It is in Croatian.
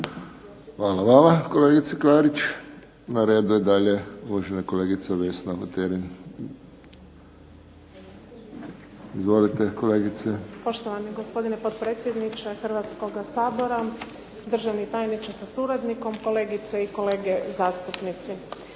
Hvala vama kolegice Klarić. Na redu je dalje uvažena kolegica Vesna Buterin. Izvolite kolegice. **Buterin, Vesna (HDZ)** Poštovani gospodine potpredsjedniče Hrvatskoga sabora, državni tajniče sa suradnikom, kolegice i kolege zastupnici.